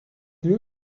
lieu